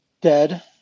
dead